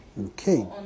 Okay